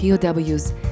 POWs